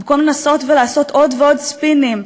במקום לנסות ולעשות עוד ועוד ספינים,